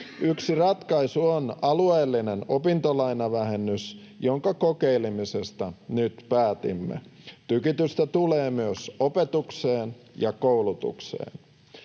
Yksi ratkaisu on alueellinen opintolainavähennys, jonka kokeilemisesta nyt päätimme. Tykitystä tulee myös opetukseen ja koulutukseen.